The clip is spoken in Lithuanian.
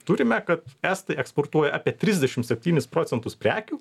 turime kad estai eksportuoja apie trisdešim septynis procentus prekių